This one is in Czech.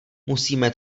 musíme